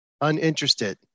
uninterested